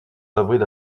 d’avril